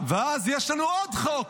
יש לנו עוד חוק,